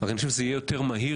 אני חושב שזה יהיה יותר מהיר,